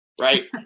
right